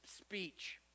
speech